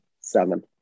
seven